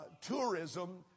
tourism